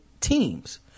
teams